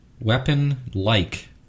Weapon-like